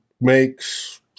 makes